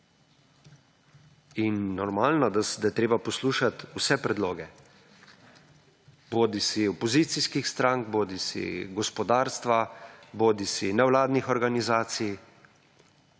In normalno, da je treba poslušati vse predloge bodisi opozicijskih strank bodisi gospodarstva bodisi nevladnih organizacij.